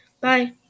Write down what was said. Bye